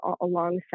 alongside